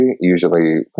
usually